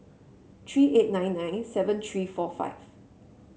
three eight nine nine seven three four five